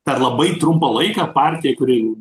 per labai trumpą laiką partija kuri